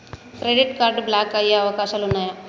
Credit card block అయ్యే అవకాశాలు ఉన్నయా?